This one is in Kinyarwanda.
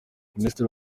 minisitiri